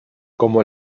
como